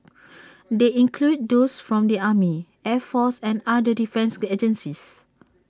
they include those from the army air force and other defence agencies